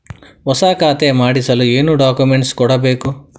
ಹೊಸ ಖಾತೆ ಮಾಡಿಸಲು ಏನು ಡಾಕುಮೆಂಟ್ಸ್ ಕೊಡಬೇಕು?